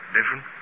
Different